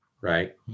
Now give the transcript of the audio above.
right